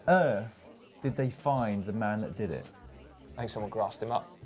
earth did they find the man that did it? i think someone grassed him up.